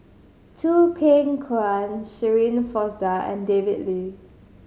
Choo Keng Kwang Shirin Fozdar and David Lee